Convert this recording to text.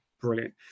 Brilliant